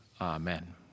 amen